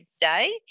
day